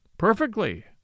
Perfectly